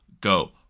go